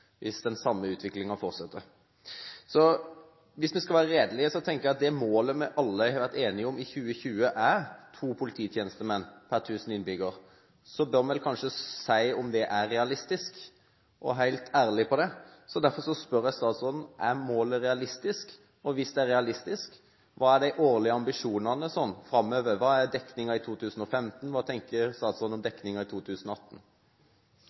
to polititjenestemenn per 1 000 innbyggere, bør vi kanskje si om det er realistisk, og være helt ærlig her. Derfor spør jeg statsråden: Er målet realistisk? Og hvis det er realistisk, hva er de årlige ambisjonene framover? Hva er dekningen i 2015? Hva tenker statsråden om dekningen i 2018?